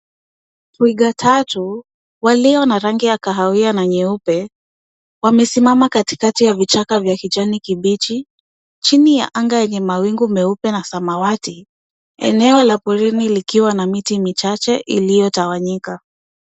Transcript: Twiga tatu walio na rangi ya kahawia na nyeupe, wamesimama katikati ya vichaka vya kijani kibichi chini ya anga yenye mawingu meupe na samawati, eneo la porini likiwa na miti michache iliyotawanyika.